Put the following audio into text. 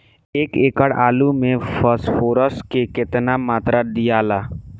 एक एकड़ आलू मे फास्फोरस के केतना मात्रा दियाला?